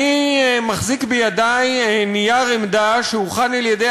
אני מחזיק בידי נייר עמדה שהוכן על-ידי